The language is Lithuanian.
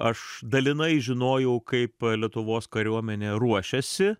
aš dalinai žinojau kaip lietuvos kariuomenė ruošiasi